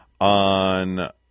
on